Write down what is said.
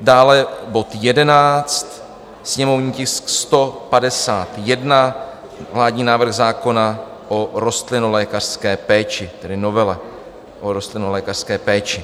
dále bod 11, sněmovní tisk 151 vládní návrh zákona o rostlinolékařské péči, tedy novela o rostlinolékařské péči.